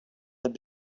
had